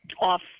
off